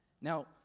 Now